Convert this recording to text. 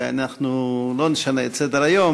ואנחנו לא נשנה את סדר-היום,